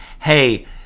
hey